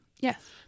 Yes